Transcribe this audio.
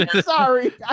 Sorry